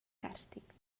càrstic